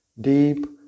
deep